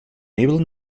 mabel